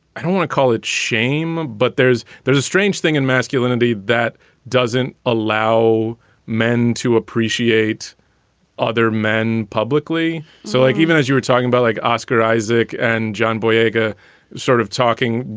i want to call it shame, but there's there's a strange thing in masculinity that doesn't allow men to appreciate other men publicly so like even as you were talking about like oscar isaac and john boyega sort of talking,